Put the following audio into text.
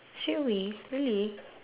straightaway really